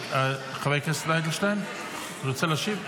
חבר הכנסת אדלשטיין, רוצה להשיב?